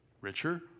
richer